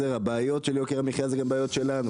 הבעיות של יוקר המחיה זה גם בעיות שלנו,